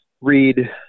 read